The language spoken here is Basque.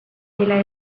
dela